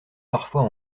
parfois